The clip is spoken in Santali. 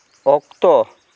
ᱚᱠᱛᱚ